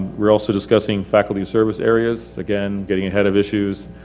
we're also discussing faculty service areas. again, getting ahead of issues